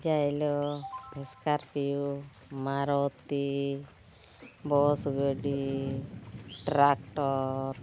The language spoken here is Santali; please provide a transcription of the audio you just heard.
ᱡᱟᱭᱞᱳ ᱮᱥᱠᱟᱨᱯᱤᱭᱳ ᱢᱟᱨᱚᱛᱤ ᱵᱟᱥ ᱜᱟᱹᱰᱤ ᱴᱨᱟᱠᱴᱚᱨ